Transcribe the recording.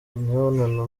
mubonano